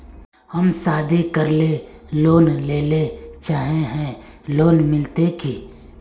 हम शादी करले लोन लेले चाहे है लोन मिलते की?